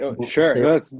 Sure